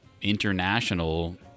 international